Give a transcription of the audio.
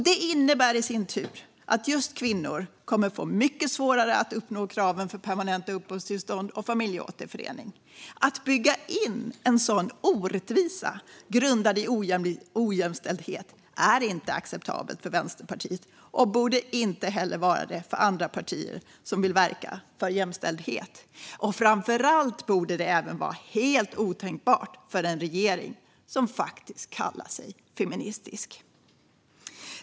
Det innebär i sin tur att just kvinnor kommer att få mycket svårare att uppnå kraven för permanenta uppehållstillstånd och familjeåterförening. Att bygga in en sådan orättvisa grundad i ojämställdhet är inte acceptabelt för Vänsterpartiet och borde inte heller vara det för andra partier som vill verka för jämställhet. Och framför allt borde det vara helt otänkbart även för en regering som faktiskt kallar sig feministisk.